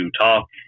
talk